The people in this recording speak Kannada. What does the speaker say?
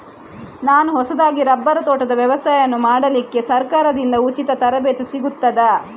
ನಾನು ಹೊಸದಾಗಿ ರಬ್ಬರ್ ತೋಟದ ವ್ಯವಸಾಯ ಮಾಡಲಿಕ್ಕೆ ಸರಕಾರದಿಂದ ಉಚಿತ ತರಬೇತಿ ಸಿಗುತ್ತದಾ?